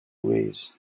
ways